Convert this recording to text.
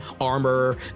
armor